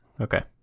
okay